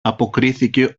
αποκρίθηκε